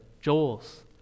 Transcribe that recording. Joel's